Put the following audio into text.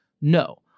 No